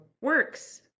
works